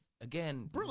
Again